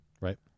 Right